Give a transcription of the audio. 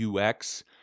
UX